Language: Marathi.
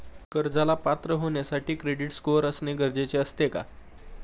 कर्जाला पात्र होण्यासाठी क्रेडिट स्कोअर असणे गरजेचे असते का?